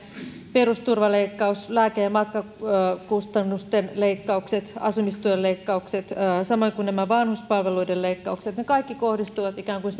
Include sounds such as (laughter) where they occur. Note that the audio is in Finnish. perusturvan leikkaus lääke ja matkakustannusten leikkaukset asumistuen leikkaukset samoin kuin nämä vanhuspalveluiden leikkaukset ne kaikki kohdistuvat ikään kuin (unintelligible)